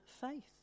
faith